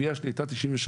שלי הייתה 97